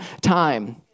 time